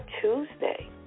Tuesday